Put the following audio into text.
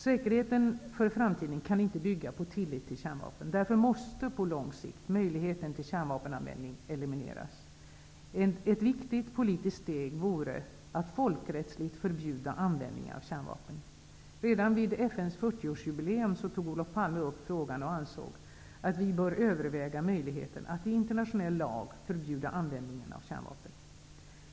Säkerheten för framtiden kan inte bygga på tillit till kärnvapen. Därför måste möjligheten till kärnvapenanvändning på lång sikt elimineras. Ett viktigt politiskt steg vore att folkrättsligt förbjuda användningen av kärnvapen. Redan vid FN:s 40 årsjubileum tog Olof Palme upp frågan och ansåg att ''vi bör överväga möjligheten att i internationell lag förbjuda användningen av kärnvapen''.